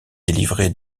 délivré